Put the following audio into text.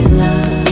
love